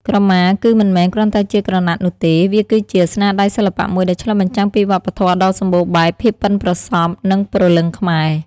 ក្រមាគឺមិនមែនគ្រាន់តែជាក្រណាត់នោះទេ វាគឺជា ស្នាដៃសិល្បៈមួយដែលឆ្លុះបញ្ចាំងពីវប្បធម៌ដ៏សម្បូរបែប ភាពប៉ិនប្រសប់ និងព្រលឹងខ្មែរ។